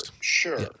sure